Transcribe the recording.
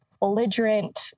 belligerent